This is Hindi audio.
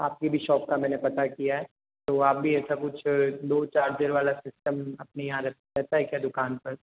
आपकी भी शॉप का मैंने पता किया है तो आप भी ऐसा कुछ दो चार्जर वाला सिस्टम अपने यहाँ रहता है क्या दुकान पर